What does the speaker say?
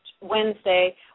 Wednesday